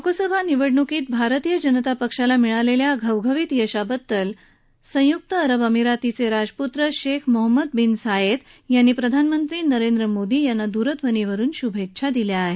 लोकसभा निवडणुकीत भारतीय जनता पक्षाला मिळालेल्या घवघवीत यशाबद्दल संयुक्त अरब अमिरातीचे राजपुत्र शेख मोहम्मद बिन झायेद यांनी प्रधानमंत्री नरेंद्र मोदी यांना दूरध्वनीवरुन शुभेच्छा दिल्या आहेत